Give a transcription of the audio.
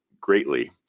greatly